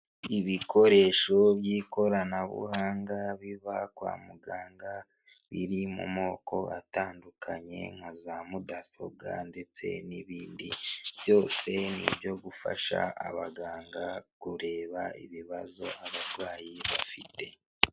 Ibikoresho by'ikoranabuhanga biba kwa muganga biri mu moko atandukanye nka za mudasobwa ndetse n'ibindi byose. Ni ibyo gufasha abaganga kureba ibibazo abarwayi bafite.